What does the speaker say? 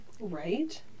right